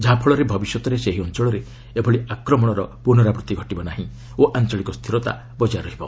ଯାହାଫଳରେ ଭବିଷ୍ୟତରେ ସେହି ଅଞ୍ଚଳରେ ଏଭଳି ଆକ୍ରମଣର ପୁନରାବୃତ୍ତି ଘଟିବ ନାହିଁ ଓ ଆଞ୍ଚଳିକ ସ୍ଥିରତା ବଜାୟ ରହିବ